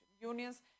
Unions